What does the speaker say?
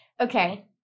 Okay